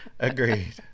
Agreed